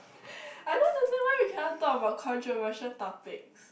I don't understand why we cannot talk about controversial topics